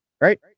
Right